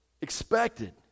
expected